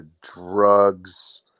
drugs